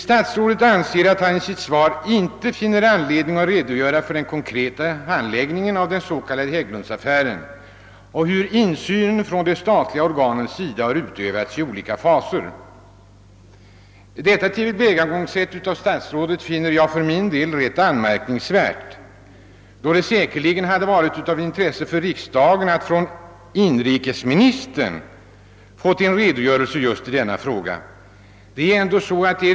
Statsrådet anser sig inte ha funnit anledning att redogöra för den konkreta handläggningen av den så kallade Hägglundsaffären och för hur de statliga organens insyn har utövats i olika faser. Detta tillvägagångssätt av statsrådet finner jag anmärkningsvärt, eftersom det helt säkert hade varit av intresse för riksdagen att av inrikesministern få en redogörelse för den frågan.